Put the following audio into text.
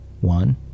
One